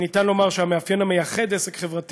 אפשר לומר שהמאפיין המייחד עסק חברתי